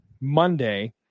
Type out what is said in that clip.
Monday